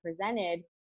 presented